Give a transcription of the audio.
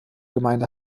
gemeinde